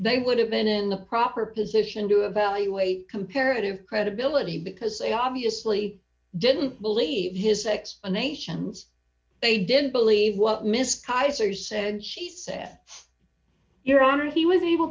they would have been in the proper position to evaluate comparative credibility because they obviously didn't believe his explanations they didn't believe what mr kaiser's said she said your honor he was able